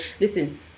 Listen